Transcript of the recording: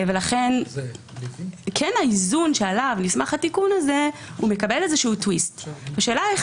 לכן האיזון שעליו התיקון הזה נסמך מקבל איזשהו טוויסט השאלה איך